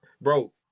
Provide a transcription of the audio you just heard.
bro